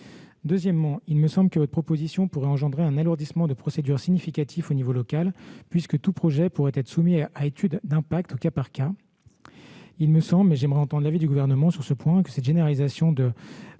Deuxièmement, il me semble que votre proposition pourrait engendrer un alourdissement de procédure significatif au niveau local, puisque tout projet pourrait être soumis à étude d'impact au cas par cas. Il me semble, mais j'aimerais entendre l'avis du Gouvernement sur ce point, que cette généralisation de